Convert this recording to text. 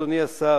אדוני השר,